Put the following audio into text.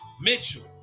Mitchell